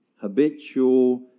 habitual